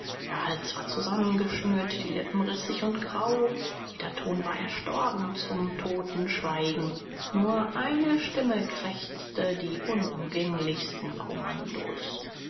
der hals war zusammengeschnürt die lippen rissig und grau jeder ton war erstorben zum toten schweigen nur eine stimme krächzte die unumgänglichsten kommandos